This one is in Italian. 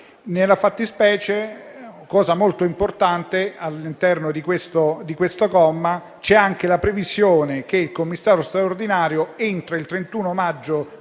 Nella fattispecie - cosa molto importante all'interno di questo di questo comma - c'è anche la previsione che il commissario straordinario, entro il 31 maggio